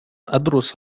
أدرس